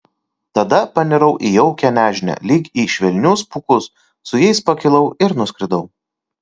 tada panirau į jaukią nežinią lyg į švelnius pūkus su jais pakilau ir nuskridau